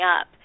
up